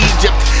Egypt